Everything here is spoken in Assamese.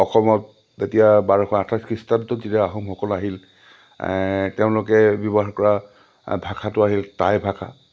অসমত যেতিয়া বাৰশ আঠাইছ খ্ৰীষ্টাব্দত যেতিয়া আহোমসকল আহিল তেওঁলোকে ব্যৱহাৰ কৰা ভাষাটো আহিল টাই ভাষা